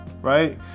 right